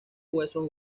huesos